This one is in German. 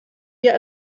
wir